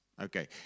okay